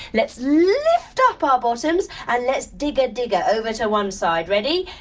let's lift up our bottoms and let's digga digga over to one side. ready?